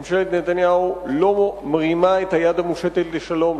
ממשלת נתניהו לא מרימה את היד המושטת לשלום,